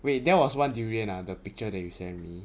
wait that was one durian ah the picture that you sent me